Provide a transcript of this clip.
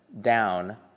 down